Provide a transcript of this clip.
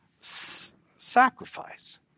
sacrifice